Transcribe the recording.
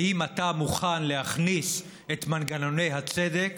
האם אתה מוכן להכניס את מנגנוני הצדק